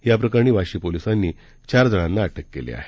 याप्रकरणी वाशी पोलिसांनी चारजणांना अटक केली आहे